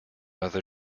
other